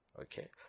Okay